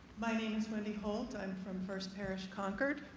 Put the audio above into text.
my name is wendy holt. i'm from first parish concord.